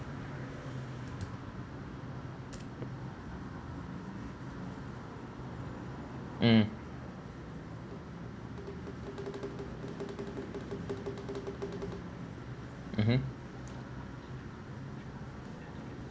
mm mmhmm